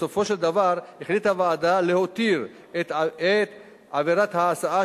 בסופו של דבר החליטה הוועדה להותיר את עבירת ההסעה